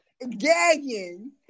gagging